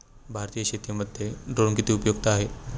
भारतीय शेतीमध्ये ड्रोन किती उपयुक्त आहेत?